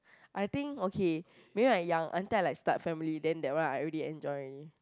I think okay maybe I young until I like start family then that one I already enjoy